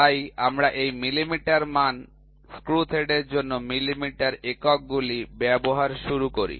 তাই আমরা এই মিলিমিটার মান স্ক্রু থ্রেডের জন্য মিলিমিটার এককগুলি ব্যবহার শুরু করি